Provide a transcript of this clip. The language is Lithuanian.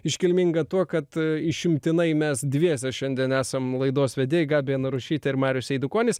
iškilminga tuo kad išimtinai mes dviese šiandien esam laidos vedėjai gabija narušytė ir marius eidukonis